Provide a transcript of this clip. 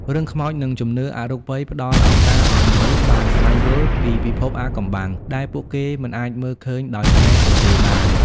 រឿងខ្មោចនិងជំនឿអរូបីផ្តល់ឱកាសឲ្យមនុស្សបានស្វែងយល់ពីពិភពអាថ៌កំបាំងដែលពួកគេមិនអាចមើលឃើញដោយភ្នែកទទេបាន។